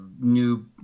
new